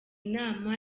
nama